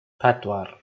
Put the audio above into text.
pedwar